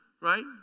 right